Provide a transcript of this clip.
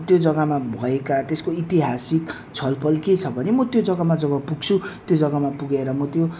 त्यो जग्गामा भएका त्यसको ऐतिहासिक छलफल के छ भने म त्यो जग्गामा जब पुग्छु त्यो जग्गामा पुगेर म त्यो